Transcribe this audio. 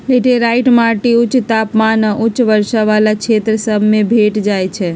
laterite माटि उच्च तापमान आऽ उच्च वर्षा वला क्षेत्र सभ में भेंट जाइ छै